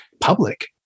public